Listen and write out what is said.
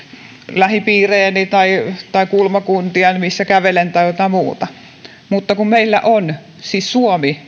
lähipiirejäni tai tai kulmakuntiani missä kävelen tai jotain muuta mutta kun meillä siis suomi